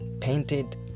painted